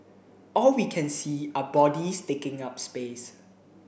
all we can see are bodies taking up space